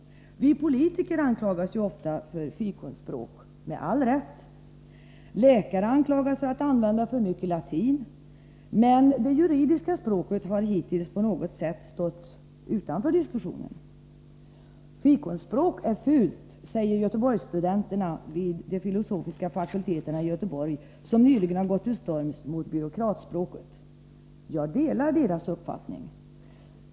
Vi politiker anklagas ofta för fikonspråk — med all rätt. Läkare anklagas för att använda för mycket latin, men det juridiska språket har hittills på något sätt stått utanför diskussionen. ”Fikonspråk är fult”, säger studenterna vid de filosofiska fakulteterna i Göteborg, som nyligen har gått till storms mot byråkratspråket. Jag delar deras uppfattning.